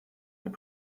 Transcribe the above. herr